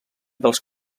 dels